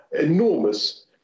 enormous